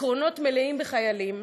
בקרונות מלאים בחיילים